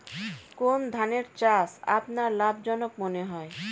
কোন ধানের চাষ আপনার লাভজনক মনে হয়?